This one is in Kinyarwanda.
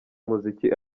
umuziki